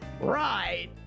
right